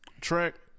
track